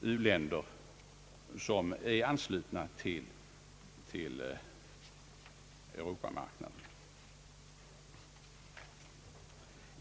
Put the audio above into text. u-länder som är anslutna till Europamarknaden.